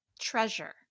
treasure